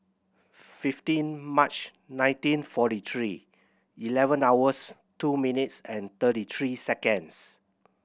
fifteen March nineteen forty three eleven hours two minutes and thirty three seconds